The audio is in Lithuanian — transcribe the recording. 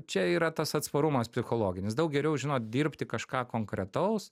čia yra tas atsparumas psichologinis daug geriau žinot dirbti kažką konkretaus